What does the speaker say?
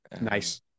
Nice